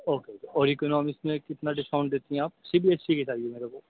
okay اور economics میں کتنا ڈسکاؤنٹ دیتی ہیں آپ سی بی ایس سی کی چاہیے میرے کو